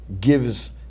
gives